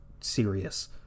serious